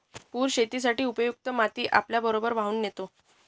पूर शेतीसाठी उपयुक्त माती आपल्यासोबत वाहून नेतो